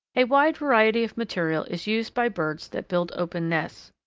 a wide variety of material is used by birds that build open nests.